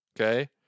Okay